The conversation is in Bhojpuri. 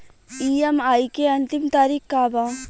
ई.एम.आई के अंतिम तारीख का बा?